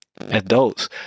adults